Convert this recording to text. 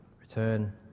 return